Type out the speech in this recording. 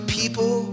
people